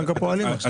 בנק הפועלים עכשיו.